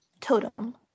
Totem